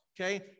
Okay